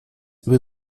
über